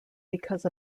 because